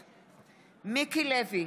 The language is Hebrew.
בעד מיקי לוי,